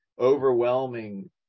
overwhelming